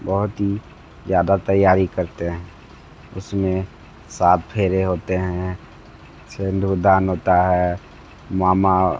बहुत ही ज़्यादा तैयारी करते हैं उस में सात फेरे होते हैं सिंदूर दान होता है मामा